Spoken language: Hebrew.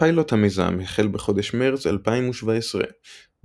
פיילוט המיזם החל בחודש מרץ 2017 - בו